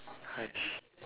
!hais!